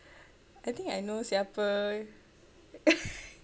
I think I know siapa